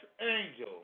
angel